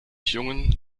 jungen